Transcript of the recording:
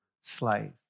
slave